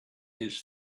his